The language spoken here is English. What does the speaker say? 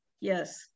Yes